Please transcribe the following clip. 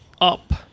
up